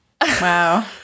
Wow